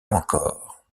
encore